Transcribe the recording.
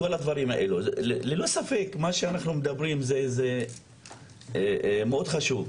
ללא ספק, מה שאנחנו מדברים עליו הוא מאוד חשוב.